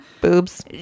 Boobs